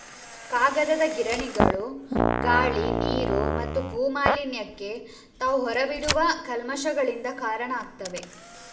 ಕಾಗದದ ಗಿರಣಿಗಳು ಗಾಳಿ, ನೀರು ಮತ್ತು ಭೂ ಮಾಲಿನ್ಯಕ್ಕೆ ತಾವು ಹೊರ ಬಿಡುವ ಕಲ್ಮಶಗಳಿಂದ ಕಾರಣ ಆಗ್ತವೆ